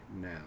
now